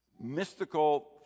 mystical